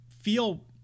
feel